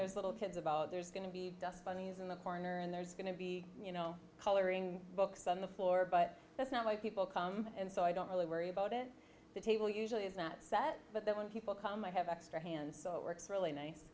there's little kids about there's going to be dust bunnies in the corner and there's going to be you know coloring books on the floor but that's not why people come and so i don't really worry about it the table usually is not set but then when people come i have extra hands so it works really nice